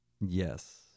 yes